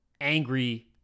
angry